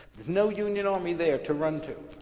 there's no union army there to run to.